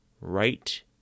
right